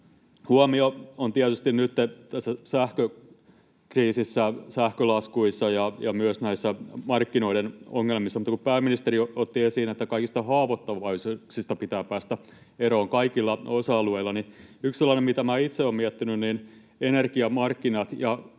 Huomio on nytten tietysti tässä sähkökriisissä sähkölaskuissa ja myös markkinoiden ongelmissa, mutta kun pääministeri otti esiin, että kaikista haavoittuvaisuuksista pitää päästä eroon kaikilla osa-alueilla, niin yksi sellainen, mitä minä itse olen miettinyt: Energiamarkkinat ja